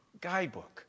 guidebook